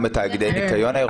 גם תאגידי ניקיון העירוניים?